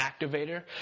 activator